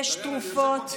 יש תרופות.